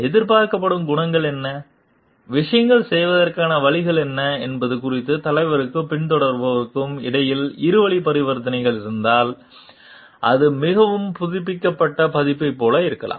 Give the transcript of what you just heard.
எதிர்பார்க்கப்படும் குணங்கள் என்ன விஷயங்களைச் செய்வதற்கான வழிகள் என்ன என்பது குறித்து தலைவருக்கும் பின்தொடர்பவருக்கும் இடையில் இருவழி பரிவர்த்தனை இருந்தால் அது மிகவும் புதுப்பிக்கப்பட்ட பதிப்பைப் போல இருக்கலாம்